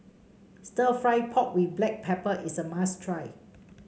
stir fry pork with Black Pepper is a must try